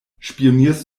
spionierst